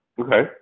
Okay